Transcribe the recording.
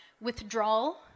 Withdrawal